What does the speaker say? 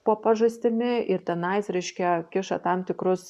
po pažastimi ir tenais reiškia kiša tam tikrus